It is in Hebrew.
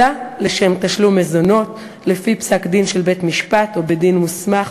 אלא לשם תשלום מזונות לפי פסק-דין של בית-משפט או בית-דין מוסמך,